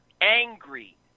angry